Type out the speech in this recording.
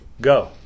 Go